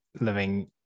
living